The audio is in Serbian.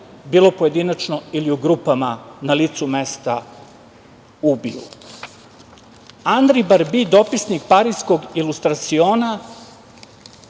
bilo pojedinačno ili u grupama, na licu mesta ubiju. Andri Barbi, dopisnik pariskog „Ilustrasiona“,